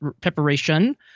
preparation